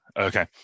okay